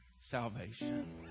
salvation